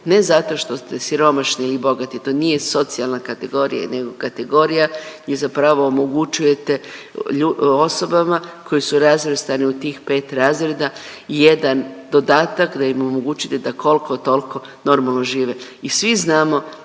ne zato što ste siromašni i bogati, to nije socijalna kategorija nego kategorija vi zapravo omogućujete osobama koji su razvrstani u tih pet razreda jedan dodatak da im omogućite da koliko toliko normalno žive. I svi znamo